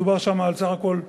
מדובר שם על סך הכול כ-6,